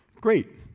Great